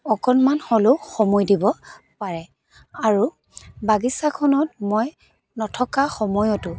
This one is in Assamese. অকণমান হ'লেও সময় দিব পাৰে আৰু বাগিচাখনত মই নথকা সময়তো